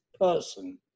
person